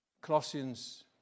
Colossians